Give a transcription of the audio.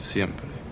Siempre